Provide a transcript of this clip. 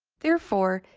therefore,